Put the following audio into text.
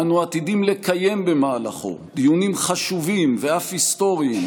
אנו עתידים לקיים במהלכו דיונים חשובים ואף היסטוריים,